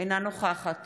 אינה נוכחת